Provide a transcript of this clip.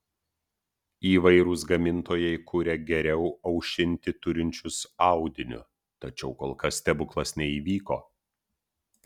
įvairūs gamintojai kuria geriau aušinti turinčius audiniu tačiau kol kas stebuklas neįvyko